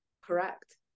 Correct